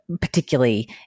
particularly